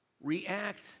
react